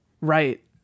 Right